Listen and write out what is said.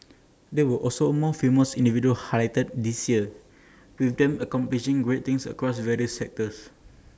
there were also more female individuals highlighted this year with them accomplishing great things across various sectors